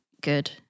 good